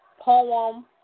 Poem